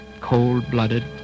Cold-blooded